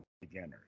beginners